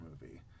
movie